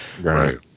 Right